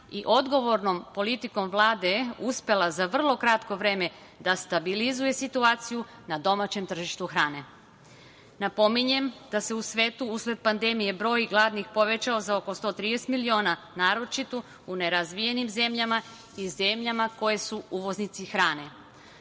i odgovornom politikom Vlade uspela za vrlo kratko vreme da stabilizuje situaciju na domaćem tržištu hrane. Napominjem da se u svetu usled pandemije broj gladnih povećao za oko 130 miliona, naročito u nerazvijenim zemljama i zemljama koje su uvoznici hrane.S